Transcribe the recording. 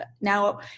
now